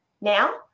now